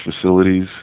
facilities